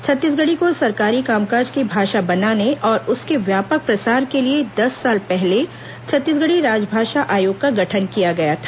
छत्तीसगढ़ी को सरकारी कामकाज की भाषा बनाने और उसके व्यापक प्रसार के लिए दस साल पहले छत्तीसगढ़ी राजभाषा आयोग का गठन किया गया था